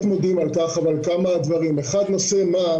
נושא המע"מ.